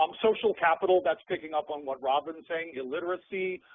um social capital, that's picking up on what robin's saying. illiteracy,